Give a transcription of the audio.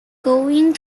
going